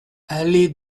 allée